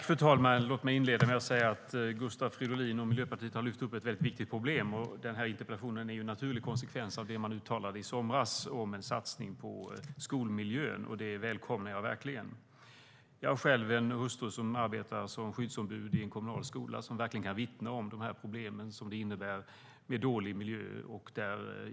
Fru talman! Låt mig inleda med att säga att Gustav Fridolin och Miljöpartiet har tagit upp ett viktigt problem. Interpellationen är en naturlig konsekvens av det man uttalade i somras om en satsning på skolmiljön, och det välkomnar jag verkligen. Jag har själv en hustru som arbetar som skyddsombud i en kommunal skola och som verkligen kan vittna om de problem som det innebär med dålig miljö.